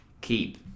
keep